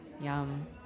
Yum